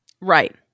Right